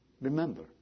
Remember